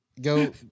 go